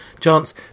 chance